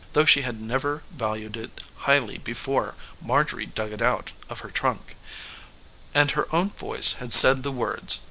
though she had never valued it highly before marjorie dug it out of her trunk and her own voice had said the words,